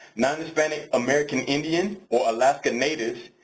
non-hispanic american indians or alaskan natives,